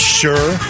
sure